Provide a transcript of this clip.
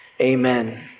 Amen